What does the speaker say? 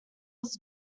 was